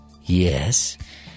yes